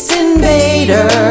invader